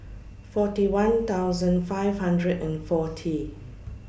forty one five hundred and forty